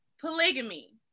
polygamy